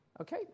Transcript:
Okay